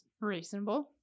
reasonable